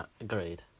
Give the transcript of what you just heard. Agreed